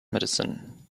medicine